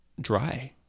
dry